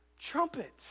Trumpet